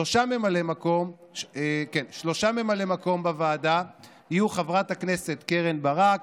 שלושת ממלאי המקום בוועדה יהיו חברת הכנסת קרן ברק,